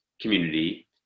community